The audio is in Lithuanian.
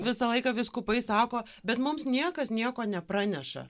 visą laiką vyskupai sako bet mums niekas nieko nepraneša